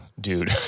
dude